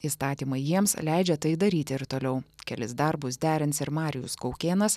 įstatymai jiems leidžia tai daryti ir toliau kelis darbus derins ir marijus kaukėnas